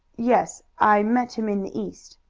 yes i met him in the east,